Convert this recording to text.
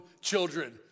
children